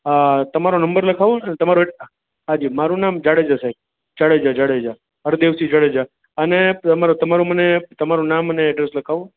હા તમારો નંબર લખાવોને તમારો એ હાજી મારુ નામ જાડેજા સાએબ જાડેજા જાડેજા હરદેવસિંહ જાડેજા અને તમારો તમારો મને તમારો નામ અને એડ્રેસ લખાવો